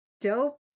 dope